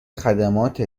خدمات